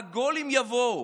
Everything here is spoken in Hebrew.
הגולים יבואו,